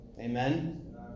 Amen